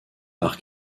par